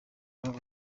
babaye